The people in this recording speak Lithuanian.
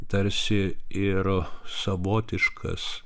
tarsi ir savotiškas